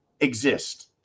exist